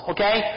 Okay